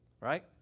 Right